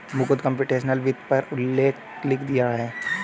Mukund computational वित्त पर आलेख लिख रहा है